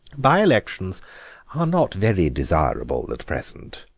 by-elections are not very desirable at present,